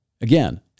Again